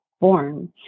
born